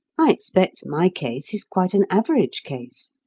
i expect my case is quite an average case.